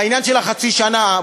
העניין של חצי השנה,